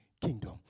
kingdom